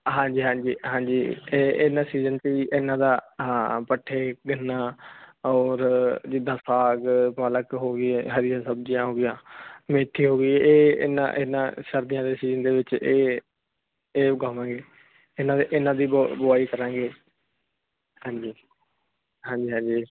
ਹਾਂਜੀ ਹਾਂਜੀ ਇਹਨਾਂ ਸੀਜਨ ਪੀ ਇਹਨਾਂ ਦਾ ਪੱਠੇ ਗੰਨਾ ਔਰ ਜਿੱਦਾਂ ਸਾਗ ਮਲਕ ਹੋ ਗਈ ਹਰੀ ਸਬਜੀਆਂ ਹੋ ਗਈਆਂ ਵੇਖੀ ਹੋ ਗਈ ਇਹ ਇਨਾ ਇਨਾ ਸਰਦੀਆਂ ਦੇ ਸੀਜ਼ਨ ਦੇ ਵਿੱਚ ਇਹ ਗਾਵਾਂਗੇ ਇਹਨਾਂ ਦੇ ਇਹਨਾਂ ਦੀ ਵਾਈ ਕਰਾਂਗੇ ਹਾਂਜੀ ਹਾਂਜੀ